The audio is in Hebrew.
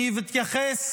אני אתייחס